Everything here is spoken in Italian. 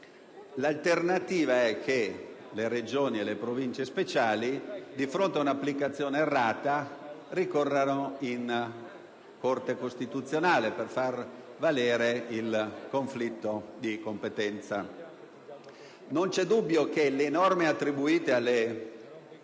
L'alternativa è che le Regioni e le Province speciali, di fronte ad un'applicazione errata, ricorrano alla Corte costituzionale per far valere il conflitto di competenza. Non c'è dubbio che le norme attribuite alle